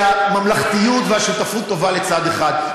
שהממלכתיות והשותפות טובה לצד אחד,